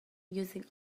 using